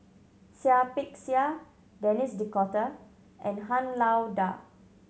Seah Peck Seah Denis D'Cotta and Han Lao Da